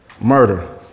murder